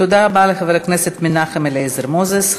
תודה רבה לחבר הכנסת מנחם אליעזר מוזס.